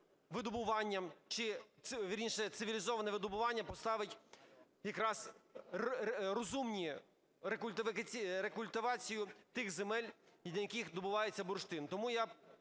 видобування, чи, вірніше, цивілізоване видобування поставить якраз розумну рекультивацію тих земель, на яких видобувається бурштин. Тому я